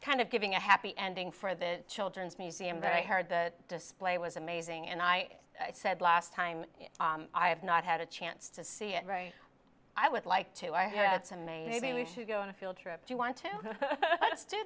kind of giving a happy ending for the children's museum there i heard that display was amazing and i said last time i have not had a chance to see it right i would like to i had it's amazing we should go on a field trip if you want to do